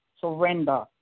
surrender